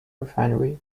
refinery